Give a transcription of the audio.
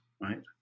right